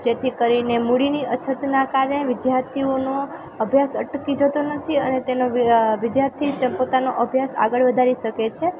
જેથી કરીને મૂડીની અછતના કારણે વિદ્યાર્થીઓનો અભ્યાસ અટકી જતો નથી અને તેનો વિદ્યાર્થી તે પોતાનો અભ્યાસ આગળ વધારી શકે છે